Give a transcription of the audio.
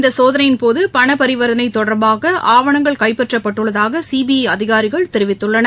இந்த சோதனையின்போது பண வரிவர்த்தனை தொடர்பாக ஆவணங்கள் கைப்பற்றப்பட்டுள்ளதாக சிபிஐ அதிகாரிகள் தெரிவித்துள்ளனர்